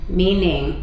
meaning